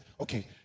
Okay